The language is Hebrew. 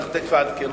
אנחנו תיכף נעדכן